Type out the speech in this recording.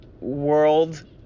world